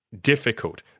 difficult